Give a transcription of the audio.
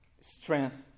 strength